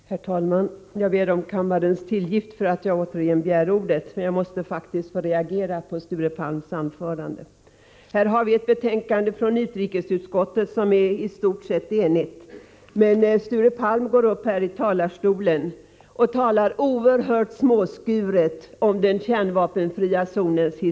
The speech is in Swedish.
Herr talman! Jag ber kammaren om tillgift för att jag återigen begär ordet — jag måste faktiskt få ge uttryck för min reaktion på Sture Palms anförande. Här har vi ett betänkande från utrikesutskottet som är i stort sett enigt, men Sture Palm går upp i talarstolen och talar oerhört småskuret om historiken när det gäller den kärnvapenfria zonen.